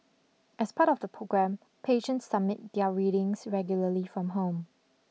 as part of the programme patients submit their readings regularly from home